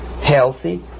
healthy